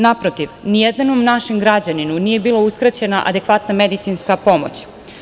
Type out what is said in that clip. Naprotiv, nijednom našem građaninu nije bila uskraćena adekvatna medicinska pomoć.